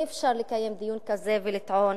אי-אפשר לקיים דיון כזה ולטעון